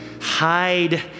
Hide